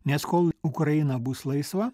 nes kol ukraina bus laisva